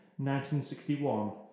1961